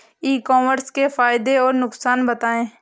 ई commerce के फायदे और नुकसान बताएँ?